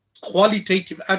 Qualitative